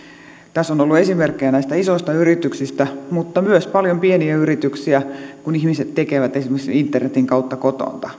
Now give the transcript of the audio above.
tässä on ollut esimerkkejä näistä isoista yrityksistä mutta on myös paljon pieniä yrityksiä kun ihmiset tekevät esimerkiksi internetin kautta kotoa